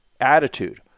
attitude